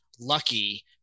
Lucky